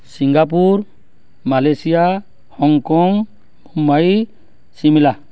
Singapore Malaysia Hong Kong Mumbai Shimla